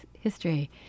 history